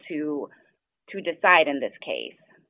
to to decide in this case